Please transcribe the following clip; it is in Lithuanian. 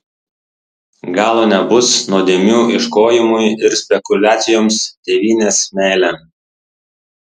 galo nebus nuodėmių ieškojimui ir spekuliacijoms tėvynės meile